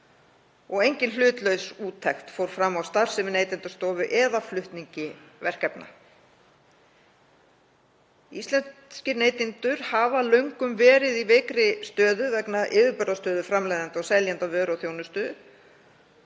og engin hlutlaus úttekt var gerð á starfsemi Neytendastofu eða flutningi verkefna. Íslenskir neytendur hafa löngum verið í veikri stöðu vegna yfirburðastöðu framleiðenda og seljenda vöru og þjónustu